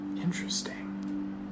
Interesting